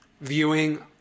viewing